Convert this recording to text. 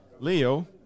Leo